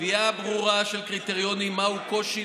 קביעה ברורה של קריטריונים לגבי מהו קושי